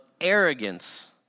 arrogance